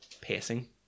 pacing